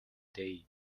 they